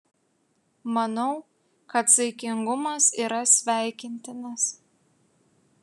manau kad saikingumas yra sveikintinas